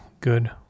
good